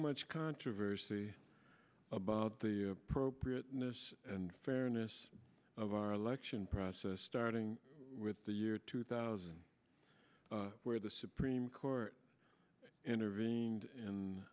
much controversy about the appropriateness and fairness of our election process starting with the year two thousand where the supreme court intervened in